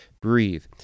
breathe